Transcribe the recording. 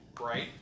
right